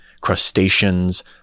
crustaceans